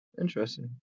Interesting